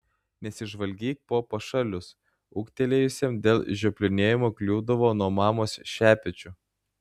nesižvalgyk po pašalius ūgtelėjusiam dėl žioplinėjimo kliūdavo nuo mamos šepečiu